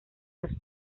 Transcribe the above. los